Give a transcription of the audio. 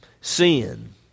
sin